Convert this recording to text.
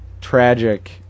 tragic